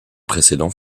précédent